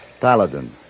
Paladin